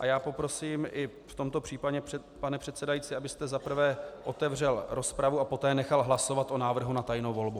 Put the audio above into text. Já poprosím i v tomto případě, pane předsedající, abyste otevřel rozpravu a poté nechal hlasovat o návrhu na tajnou volbu.